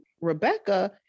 Rebecca